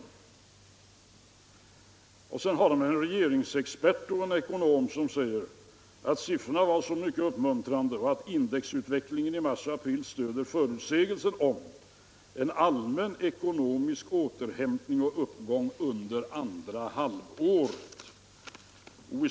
Sedan citeras en regeringsexpert och ekonom som säger att ”siffrorna var mycket uppmuntrande och att index utveckling i mars och april stöder förutsägelsen om en allmän ekonomisk återhämtning och uppgång under andra halvåret”.